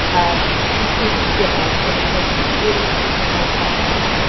decreasing stigma is going to take really changing how we talk about it.